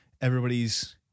everybody's